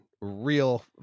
real